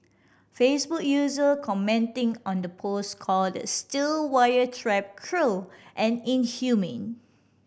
Facebook user commenting on the post called the steel wire trap cruel and inhumane